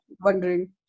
wondering